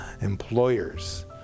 employers